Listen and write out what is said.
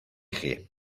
chi